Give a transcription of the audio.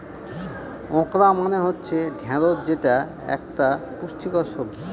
okra মানে হচ্ছে ঢ্যাঁড়স যেটা একতা পুষ্টিকর সবজি